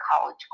college